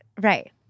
right